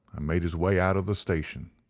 and made his way out of the station.